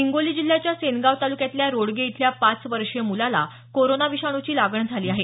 हिंगोली जिल्ह्याच्या सेनगाव ताल्क्यातल्या रोडगे इथल्या पाच वर्षीय मुलाला कोरोना विषाणूची लागण झाली आहे